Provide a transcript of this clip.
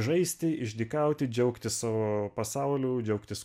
žaisti išdykauti džiaugtis savo pasauliu džiaugtis